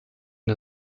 der